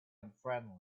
unfriendly